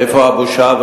איפה הבושה?